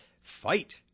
fight